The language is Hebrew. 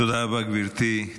תודה רבה, גברתי.